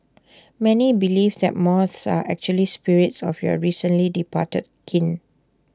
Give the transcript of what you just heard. many believe that moths are actually spirits of your recently departed kin